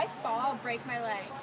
fall, i'll break my leg.